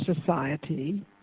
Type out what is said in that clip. Society